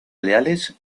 leales